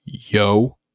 yo